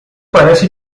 parece